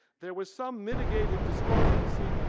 there was some mitigated despondency.